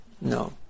No